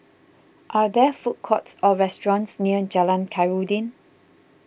are there food courts or restaurants near Jalan Khairuddin